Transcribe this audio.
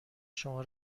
شما